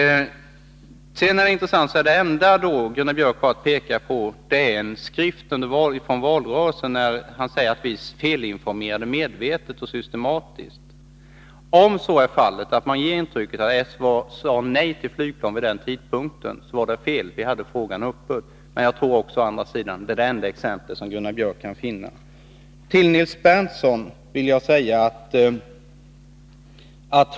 Det är intressant att notera att det enda Gunnar Björk har att peka på i sin argumentering är en skrift från valrörelsen. Han säger att vi då felinformerade medvetet och systematiskt. Om det i denna skrift ges intrycket att socialdemokraterna vid den tidpunkten sade nej till flygplanet är det fel. Vi hade frågan uppe till diskussion, men hade inte fattat något beslut. Jag tror å andra sidan att detta är det enda exempel av denna typ som Gunnar Björk kan finna.